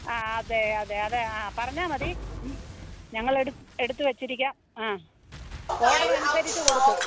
ആ അതെ അതെ അതെ പറഞ്ഞാൽ മതി ഞങ്ങളെടുത്ത് എടുത്ത് വച്ചിരിക്കാം ആ ഓഡര് അനുസരിച്ച് കൊടുക്കും